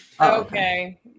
Okay